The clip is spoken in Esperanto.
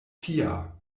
tia